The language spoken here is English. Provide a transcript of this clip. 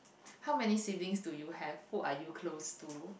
how many siblings do you have who are you close to